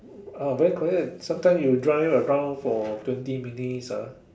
ah very quiet sometime you drive around for twenty minutes ah